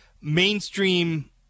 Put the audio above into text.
mainstream